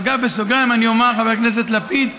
אגב, בסוגריים אומר, חבר הכנסת לפיד: